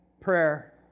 prayer